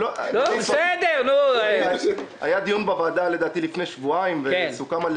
היה דיון בוועדה לפני כשבועיים וסוכם על